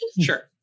Sure